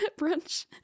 brunch